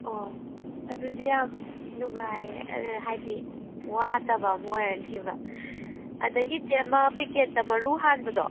ꯑꯣ ꯑꯗꯨꯗꯤ ꯌꯥꯝ ꯅꯨꯡꯉꯥꯏ ꯍꯥꯏꯗꯤ ꯋꯥꯗꯕ ꯑꯃ ꯑꯣꯏꯔꯅꯦꯕ ꯑꯗꯒꯤ ꯆꯦ ꯑꯃ ꯄꯦꯛꯀꯦꯠꯇ ꯃꯔꯨ ꯍꯥꯟꯕꯗꯣ